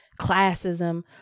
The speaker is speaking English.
classism